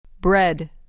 Bread